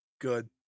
good